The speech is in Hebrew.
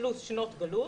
פלוס שנות גלות